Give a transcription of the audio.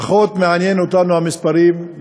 פחות מעניינים אותנו המספרים,